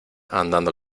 andando